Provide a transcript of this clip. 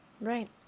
Right